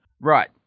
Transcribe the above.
Right